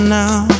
now